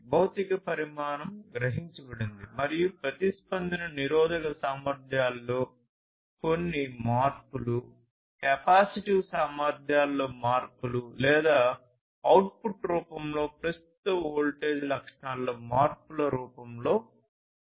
భౌతిక పరిమాణం గ్రహించబడింది మరియు ప్రతిస్పందన నిరోధక సామర్థ్యాలలో కొన్ని మార్పులు కెపాసిటివ్ సామర్థ్యాలలో మార్పులు లేదా అవుట్పుట్ రూపంలో ప్రస్తుత వోల్టేజ్ లక్షణాలలో మార్పుల రూపంలో ఉంటుంది